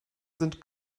sind